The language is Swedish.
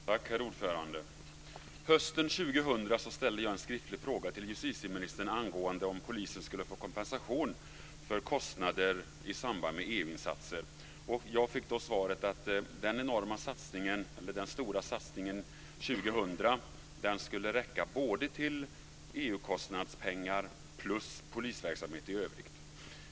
Herr talman! Hösten 2000 ställde jag en skriftlig fråga till justitieministern om huruvida polisen skulle få kompensation för kostnader i samband med EU insatser. Jag fick då svaret att den stora satsningen 2000 skulle räcka till både EU-kostnader och polisverksamhet i övrigt.